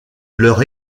leurs